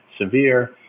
severe